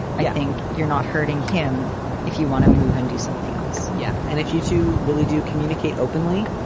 i think you're not hurting him if you want to move and do something else. yeah and if you two really do communicate openly,